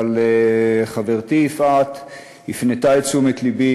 אבל חברתי יפעת הפנתה את תשומת לבי